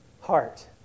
heart